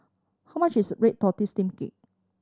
how much is red tortoise steamed cake